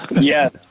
Yes